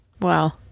wow